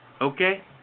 Okay